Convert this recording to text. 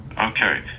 Okay